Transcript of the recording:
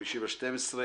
5 בדצמבר,